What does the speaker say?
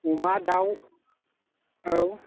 अमा दाउ औ